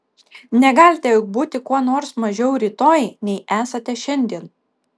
negalite juk būti kuo nors mažiau rytoj nei esate šiandien